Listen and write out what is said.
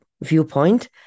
viewpoint